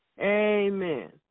Amen